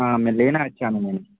మెల్లిగానే వచ్చాను నేను